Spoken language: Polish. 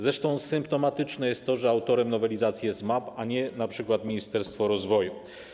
Zresztą symptomatyczne jest to, że autorem nowelizacji jest MAP, a nie np. ministerstwo rozwoju.